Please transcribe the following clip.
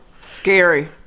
Scary